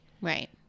Right